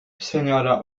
seniora